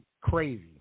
crazy